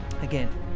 again